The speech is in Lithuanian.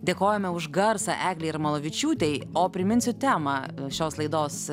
dėkojame už garsą eglei jarmalavičiūtei o priminsiu temą šios laidos